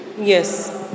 Yes